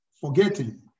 forgetting